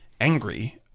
angry